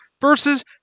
versus